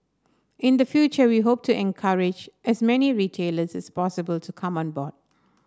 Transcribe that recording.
in the future we hope to encourage as many retailers as possible to come on board